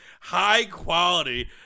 high-quality